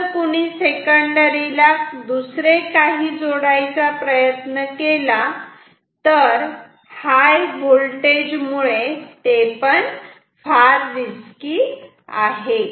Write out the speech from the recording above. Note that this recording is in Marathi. आता जर कुणी सेकंडरी ला दुसरे काहीही जोडायचा प्रयत्न केला तर हाय व्होल्टेज मुळे ते पण रिस्की आहे